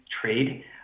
trade